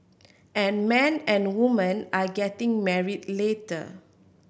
and man and woman are getting married later